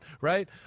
right